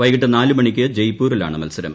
വൈകിട്ട് നാലു മണിക്ക് ജയ്പൂരിലാണ് മത്സരം